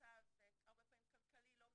במצב הרבה פעמים כלכלי לא פשוט,